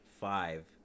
five